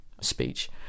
speech